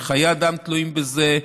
חיי אדם תלויים בזה,